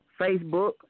Facebook